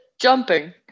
jumping